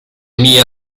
mie